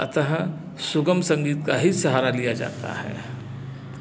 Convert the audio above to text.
अतः सुगम संगीत का ही सहारा लिया जाता है